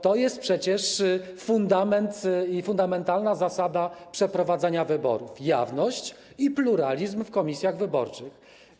To jest przecież fundamentalna zasada przeprowadzania wyborów: jawność i pluralizm w komisjach wyborczych.